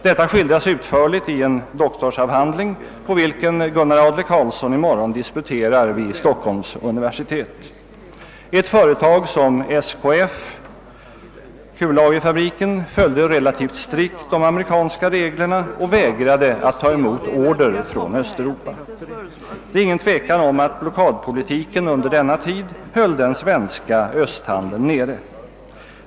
Detta skildras utförligt i en doktorsavhandling, på vilken Gunnar Adler-Karlsson i morgon disputerar vid Stockholms universitet. Ett företag som SKF — Svenska kullagerfabriken — följde relativt strikt de amerikanska reglerna och vägrade att ta emot order från Östeuropa. Det är inget tvivel om att blockadpolitiken under denna tid höll den svenska östhandeln nere.